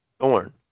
thorn